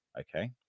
Okay